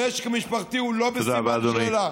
המשק המשפחתי הוא לא בסימן שאלה.